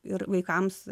ir vaikams